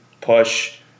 push